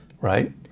right